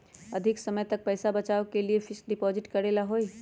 अधिक समय तक पईसा बचाव के लिए फिक्स डिपॉजिट करेला होयई?